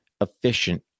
efficient